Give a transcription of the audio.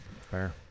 Fair